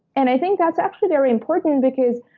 and i think that's actually very important because